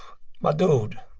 my dude